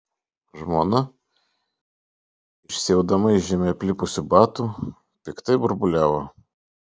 žmona išsiaudama iš žeme aplipusių batų piktai burbuliavo